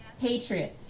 patriots